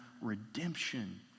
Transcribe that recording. redemption